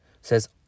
says